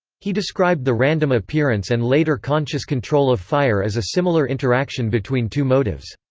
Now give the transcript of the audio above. he described the random appearance and later conscious control of fire as a similar interaction between two motives.